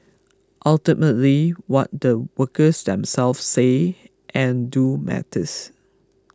ultimately what the workers themselves say and do matters